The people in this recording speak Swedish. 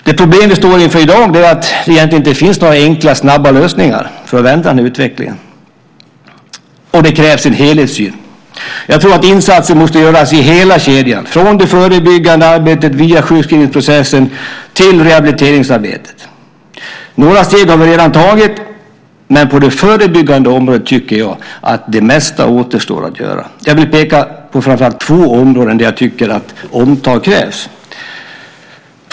Det problem vi står inför i dag är att det egentligen inte finns några enkla, snabba lösningar för att vända utvecklingen. Och det krävs en helhetssyn. Jag tror att insatser måste göras i hela kedjan, från det förebyggande arbetet via sjukskrivningsprocessen till rehabiliteringsarbetet. Några steg har vi redan tagit, men på det förebyggande området tycker jag att det mesta återstår att göra. Jag vill peka på framför allt två områden där jag tycker att omtag krävs.